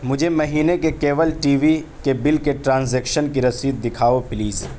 مجھے مہینے کے کیول ٹی وی کے بل کے ٹرانزیکشن کی رسید دکھاؤ پلیز